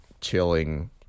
chilling